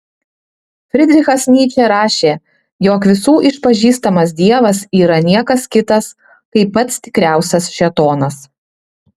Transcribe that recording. fridrichas nyčė rašė jog visų išpažįstamas dievas yra niekas kitas kaip pats tikriausias šėtonas